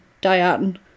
Diane